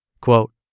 Quote